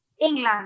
England